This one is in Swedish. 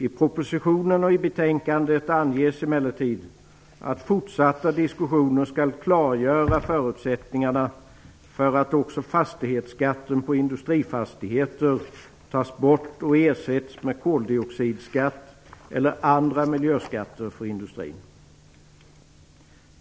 I propositionen och i betänkandet anges emellertid att fortsatta diskussioner skall klargöra förutsättningarna för att också fastighetsskatten på industrifastigheter tas bort och ersätts med koldioxidskatt eller andra miljöskatter för industrin.